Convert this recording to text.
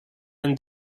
and